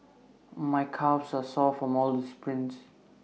my calves are sore from all the sprints